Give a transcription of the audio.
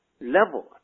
level